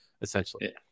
essentially